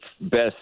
best